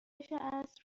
عصر